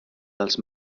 dels